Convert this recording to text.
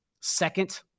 second